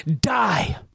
die